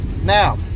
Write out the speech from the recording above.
now